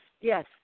yes